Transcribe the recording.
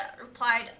replied